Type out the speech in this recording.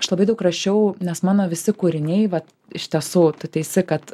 aš labai daug rašiau nes mano visi kūriniai vat iš tiesų tu teisi kad